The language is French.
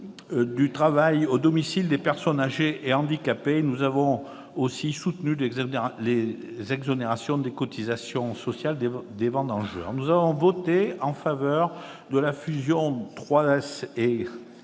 du travail au domicile des personnes âgées et handicapées. Nous avons aussi soutenu les exonérations des cotisations sociales des vendangeurs. Nous avons voté en faveur de la fusion de la